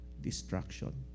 destruction